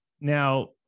Now